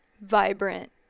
vibrant